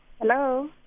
Hello